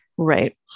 Right